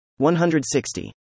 160